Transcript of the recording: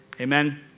Amen